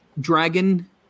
Dragon